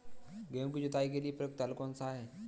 गेहूँ की जुताई के लिए प्रयुक्त हल कौनसा है?